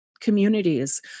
communities